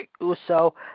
Uso